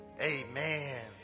amen